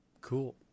Cool